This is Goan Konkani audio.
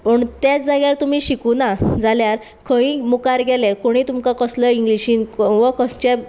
पूण तेच जाग्यार तुमी शिकुना जाल्यार खंयी मुखार गेले कोणीय तुमकां कसलोय इंग्लिशीन वा खंयचे